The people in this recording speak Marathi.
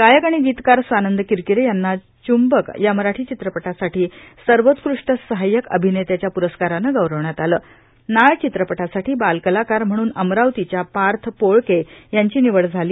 गायक आणि गीतकार स्वानप्प किरकिरे याप्रा च्चक या मराठी चित्रपटासाठी सर्वोत्कृष्ट सहाय्यक अभिनेत्याच्या प्रस्कारान गौरवण्यात आल नाळ चित्रपटासाठी बाल कलाकार म्हणून अमरावतीच्या पार्थ पोळके ची निवड झाली